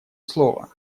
слова